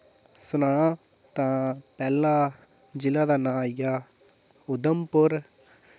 सनां तां पैह्ला जि'ला दा नांऽ आई गेआ उधमपुर